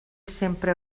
sempre